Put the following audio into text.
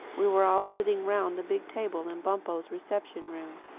we were all sitting round the big table in bumpo's reception-room.